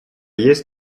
есть